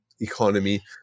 economy